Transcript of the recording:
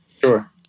Sure